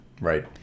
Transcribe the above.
Right